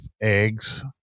eggs